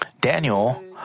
Daniel